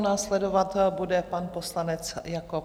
Následovat bude pan poslanec Jakob.